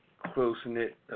close-knit